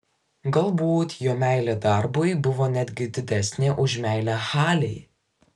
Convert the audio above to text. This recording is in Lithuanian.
galbūt jo meilė darbui buvo netgi didesnė už meilę halei